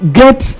get